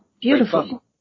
Beautiful